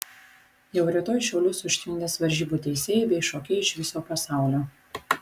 jau rytoj šiaulius užtvindys varžybų teisėjai bei šokėjai iš viso pasaulio